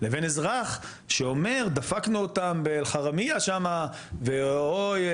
לבין אזרח שאומר דפקנו אותם בחרמיה שמה ו/או